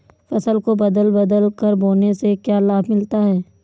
फसल को बदल बदल कर बोने से क्या लाभ मिलता है?